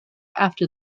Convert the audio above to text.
after